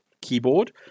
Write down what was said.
keyboard